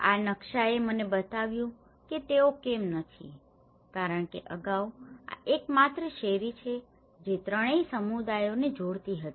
આ નકશાએ મને બતાવ્યું છે કે તેઓ કેમ નથી કારણ કે અગાઉ આ એકમાત્ર શેરી છે જે ત્રણેય સમુદાયોને જોડતી હતી